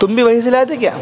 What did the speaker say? تم بھی وہیں سے لائے تھے کیا